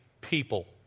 people